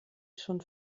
schon